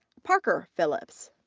parker phillips.